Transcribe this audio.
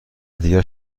دیگر